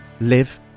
live